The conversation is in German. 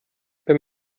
wenn